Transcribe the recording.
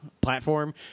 Platform